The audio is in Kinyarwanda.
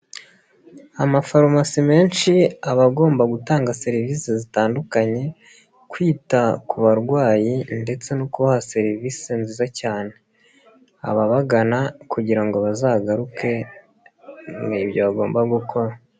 Amafarumasi menshi aba agomba gutanga serivisi zitandukanye, kwita ku barwayi ndetse no kubaha serivisi nziza cyane, ababagana kugira ngo bazagaruke ni ibyo bagomba gukora.